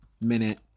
minute